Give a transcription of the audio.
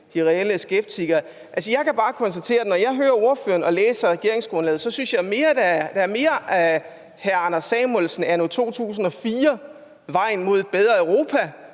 de reelle skeptikere. Jeg kan bare konstatere, at når jeg hører ordføreren og læser regeringsgrundlaget, synes jeg, der er mere af hr. Anders Samuelsen anno 2004 – »Vejen til et bedre Europa